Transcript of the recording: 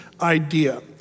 idea